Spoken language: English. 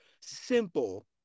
simple